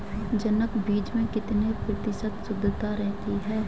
जनक बीज में कितने प्रतिशत शुद्धता रहती है?